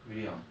really ah